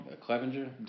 Clevenger